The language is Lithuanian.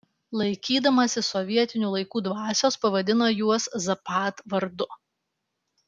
laikydamasi sovietinių laikų dvasios pavadino juos zapad vardu